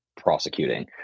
prosecuting